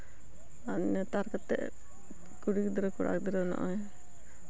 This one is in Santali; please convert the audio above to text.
ᱟᱨ ᱱᱮᱛᱟᱨ ᱠᱟᱛᱮ ᱠᱩᱲᱤ ᱜᱤᱫᱽᱨᱟᱹ ᱠᱚᱲᱟ ᱜᱤᱫᱽᱨᱟᱹ ᱱᱚᱜᱼᱚᱭ